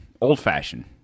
old-fashioned